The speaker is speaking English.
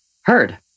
heard